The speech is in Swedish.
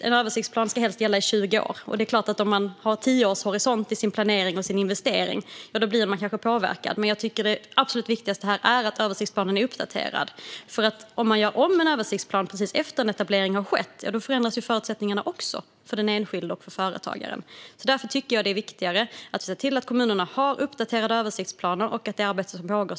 En översiktsplan ska helst gälla i 20 år, men det är klart att man kanske blir påverkad om man har en tioårshorisont i sin planering och investering. Jag tycker dock att det absolut viktigaste är att översiktsplanen är uppdaterad. Om en översiktsplan görs om precis efter det att en etablering har skett förändras förutsättningarna också för enskilda och företagare. Därför tycker jag att det är viktigare att vi ser till att kommunerna har uppdaterade översiktsplaner och att det arbete som pågår